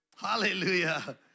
Hallelujah